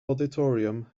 auditorium